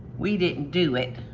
we didn't do it,